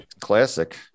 Classic